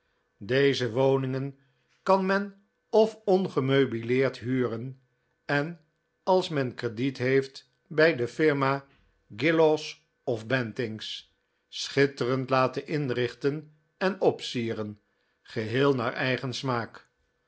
deze woningen kan men of angels meubileerd huren en als men crediet heeft bij de firma gillaws of bantings p p schitterend laten inrichten en opsieren geheel naar eigen smaak